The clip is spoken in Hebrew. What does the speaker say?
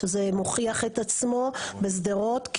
שזה מוכיח את עצמו בשדרות.